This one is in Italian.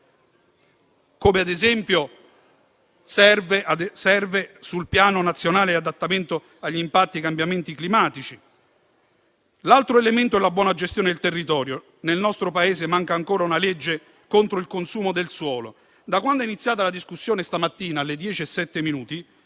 come ad esempio serve per quanto riguarda il Piano nazionale di adattamento agli impatti dei cambiamenti climatici. L'altro elemento è la buona gestione del territorio. Nel nostro Paese manca ancora una legge contro il consumo del suolo. Da quando è iniziata la discussione questa mattina, alle 10,07